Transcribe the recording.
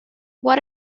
what